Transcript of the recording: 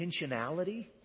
intentionality